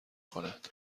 کند